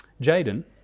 Jaden